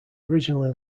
originally